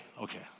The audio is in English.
okay